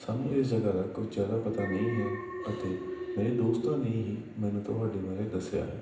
ਸਾਨੂੰ ਇਹ ਜਗ੍ਹਾ ਦਾ ਕੋਈ ਜ਼ਿਆਦਾ ਪਤਾ ਨਹੀਂ ਹੈ ਅਤੇ ਮੇਰੇ ਦੋਸਤਾਂ ਨੇ ਹੀ ਮੈਨੂੰ ਤੁਹਾਡੇ ਬਾਰੇ ਦੱਸਿਆ ਹੈ